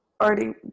already